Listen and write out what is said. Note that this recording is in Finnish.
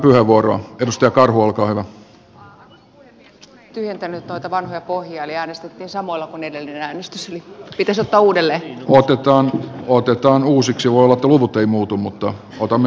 kone ei tyhjentänyt noita vanhoja pohjia eli äänestettiin samoilla kuin edellinen äänestys piti sata uudelle tuotetaan otetaan uusiksi voittoluvut ei muutu mutta otamme